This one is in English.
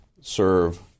serve